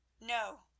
No